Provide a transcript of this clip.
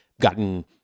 gotten